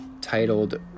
titled